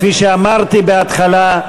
כפי שאמרתי בהתחלה,